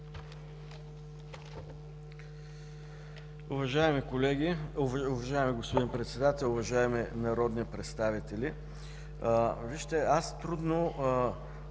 Уважаеми колеги, уважаеми господин Председател, уважаеми народни представители! Вижте, аз трудно